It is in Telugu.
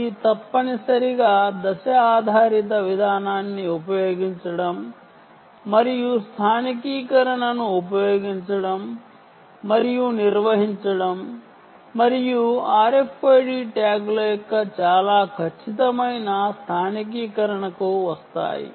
ఇది తప్పనిసరిగా ఫేస్ ఆధారిత విధానాన్ని ఉపయోగించి నిర్మించబడినది మరియు స్థానికీకరణను ఉపయోగించడం మరియు నిర్వహించడం మరియు RFID ట్యాగ్ల యొక్క చాలా ఖచ్చితమైన స్థానికీకరణకు వస్తాయి